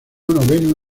noveno